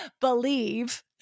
believe